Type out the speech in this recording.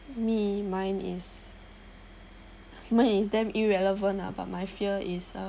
me mine is mine is damn irrelevant lah but my fear is uh